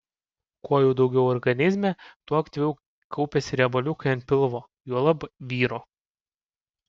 kuo jų daugiau organizme tuo aktyviau kaupiasi riebaliukai ant pilvo juolab vyro